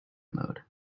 mode